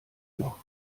noch